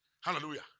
Hallelujah